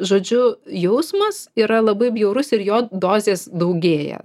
žodžiu jausmas yra labai bjaurus ir jo dozės daugėja